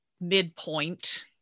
midpoint